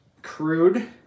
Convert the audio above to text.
crude